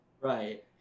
Right